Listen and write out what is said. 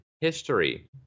history